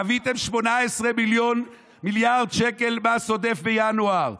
גביתם 18 מיליארד שקל מס עודף בינואר,